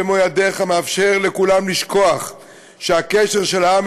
במו ידיך מאפשר לכולם לשכוח שהקשר של העם